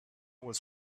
was